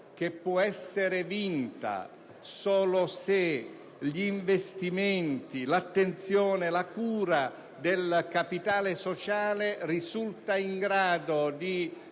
può essere vinta soltanto se gli investimenti, l'attenzione e la cura del capitale sociale risulteranno in grado di